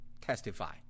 testify